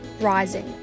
rising